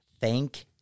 thank